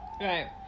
Right